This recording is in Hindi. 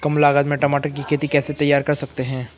कम लागत में टमाटर की खेती कैसे तैयार कर सकते हैं?